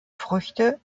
früchte